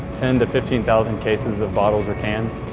ten to fifteen thousand cases of bottles or cans.